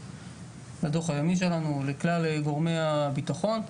בדו"ח היומי שלנו לכלל גורמי הבטחון.